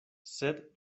sed